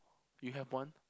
you have one